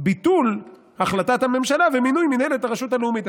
ביטול החלטת הממשלה ומינוי מינהלת הרשות הלאומית.